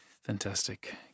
Fantastic